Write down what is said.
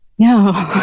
No